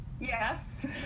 Yes